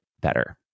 better